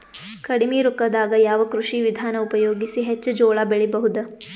ಕಡಿಮಿ ರೊಕ್ಕದಾಗ ಯಾವ ಕೃಷಿ ವಿಧಾನ ಉಪಯೋಗಿಸಿ ಹೆಚ್ಚ ಜೋಳ ಬೆಳಿ ಬಹುದ?